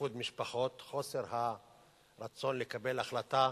איחוד משפחות, חוסר הרצון לקבל החלטה.